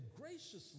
graciously